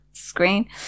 screen